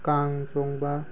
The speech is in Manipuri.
ꯀꯥꯡ ꯆꯣꯡꯕ